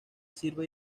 sirve